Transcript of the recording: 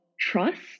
trust